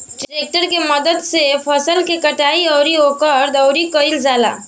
tractor के मदद से फसल के कटाई अउरी ओकर दउरी कईल जाला